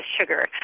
sugar